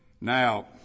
Now